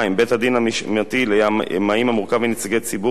או, במקרים מסוימים כמפורט בחוק,